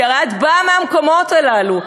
כי הרי את באה מהמקומות הללו.